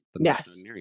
Yes